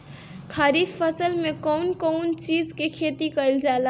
खरीफ फसल मे कउन कउन चीज के खेती कईल जाला?